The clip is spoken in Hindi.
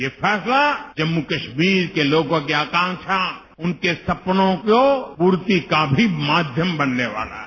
यह फैसला जम्मू कश्मीर के लोगों की आकांक्षा उनके सपनों को पूर्ति का भी माध्यम बनने वाला है